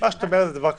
מה שאת אומרת זה דבר כזה: